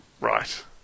Right